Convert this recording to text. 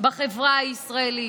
בחברה הישראלית.